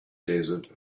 desert